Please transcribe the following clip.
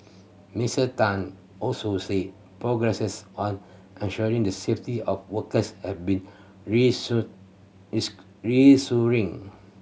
Mister Tan also said progress on ensuring the safety of workers have been reassuring